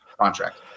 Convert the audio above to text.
contract